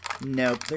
Nope